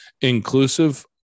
inclusive